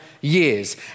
years